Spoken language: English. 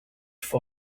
for